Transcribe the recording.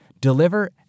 deliver